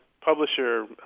publisher